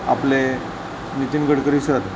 आपले नितीन गडकरी सर